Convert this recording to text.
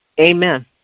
amen